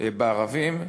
בערבים.